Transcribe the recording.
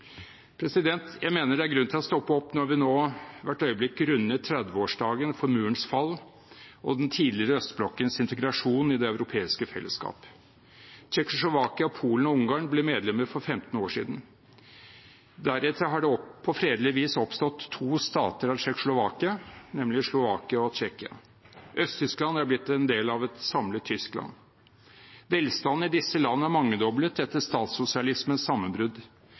Jeg mener det er grunn til å stoppe opp når vi nå hvert øyeblikk runder 30-årsdagen for murens fall og den tidligere østblokkens integrasjon i det europeiske fellesskapet. Tsjekkoslovakia, Polen og Ungarn ble medlemmer for 15 år siden. Deretter har det på fredelig vis oppstått to stater av Tsjekkoslovakia, nemlig Slovakia og Tsjekkia. Øst-Tyskland er blitt en del av et samlet Tyskland. Velstanden i disse landene er mangedoblet etter statssosialismens sammenbrudd.